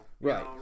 Right